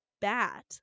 bat